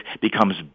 becomes